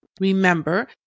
remember